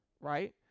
right